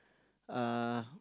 uh